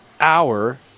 hour